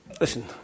listen